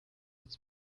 its